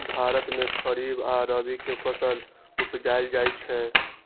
भारत मे खरीफ आ रबी के फसल उपजाएल जाइ छै